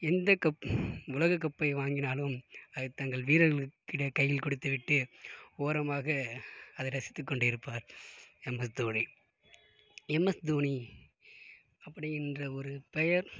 எந்த கப் உலக கப்பை வாங்கினாலும் அது தங்கள் வீரர்கள் கையில் கொடுத்து விட்டு ஓரமாக அதை ரசித்து கொண்டிருப்பார் எம்எஸ்தோனி எம்எஸ்தோனி அப்புடி என்ற ஒரு பெயர்